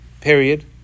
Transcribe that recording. period